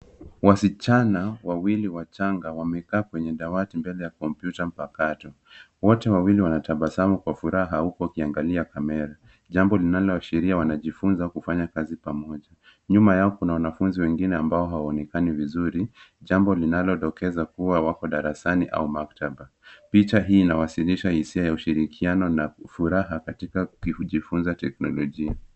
Wasichana wawili wachanga wamekaa kwenye dawati mbele ya kompyuta mpakato. Wote wawili wanatabasamu kwa furaha huku wakiangalia kamera, jambo linaloashiria wanajifunza kufanya kazi pamoja. Nyuma yao kuna wanafunzi wengine ambao hawaonekani vizuri, jambo linalodokeza kuwa wako darasani au maktaba. Picha hii inawasilisha hisia ya ushirikiano na furaha katika kujifunza teknolojia.